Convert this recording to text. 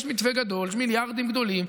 יש מתווה גדול, יש מיליארדים גדולים.